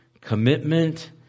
commitment